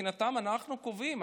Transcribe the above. מבחינתם אנחנו קובעים.